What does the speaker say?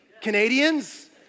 Canadians